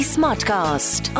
Smartcast